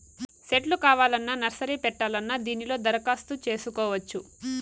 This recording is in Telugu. సెట్లు కావాలన్నా నర్సరీ పెట్టాలన్నా దీనిలో దరఖాస్తు చేసుకోవచ్చు